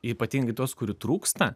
ypatingai tuos kurių trūksta